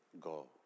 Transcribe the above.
go